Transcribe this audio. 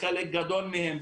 לחלק גדול מהם,